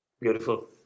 Beautiful